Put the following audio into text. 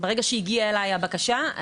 ברגע שהגיעה אלי הבקשה,